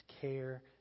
care